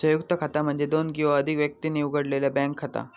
संयुक्त खाता म्हणजे दोन किंवा अधिक व्यक्तींनी उघडलेला बँक खाता